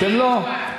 אתם לא?